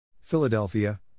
Philadelphia